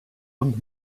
und